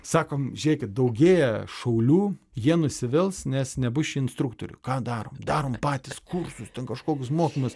sakom žiūrėkit daugėja šaulių jie nusivils nes nebus čia instruktorių ką darom darom patys kursus ten kažkokius mokymus